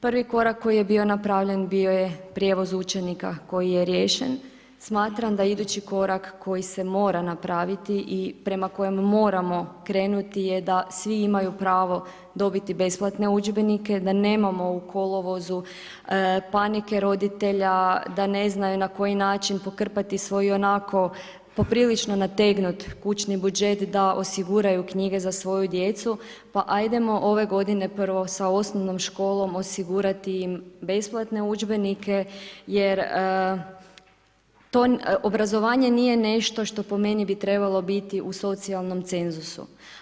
Prvi korak koji je bio napravljen, bio je prijevoz učenika koji je riješen, smatram da idući korak koji se mora napraviti i prema kojem moramo krenuti je da svi imaju pravo dobiti besplatne udžbenike, da nemamo u kolovozu panike roditelja, da ne znaju na koji način pokrpati svoj ionako poprilično nategnuti kućni budžet da osiguraju knjige za svoju djecu, pa ajdemo ove godine prvo sa osnovnom školom osigurati im besplatne udžbenike jer to obrazovanje nije nešto što po meni bi trebalo biti u socijalnom cenzusu.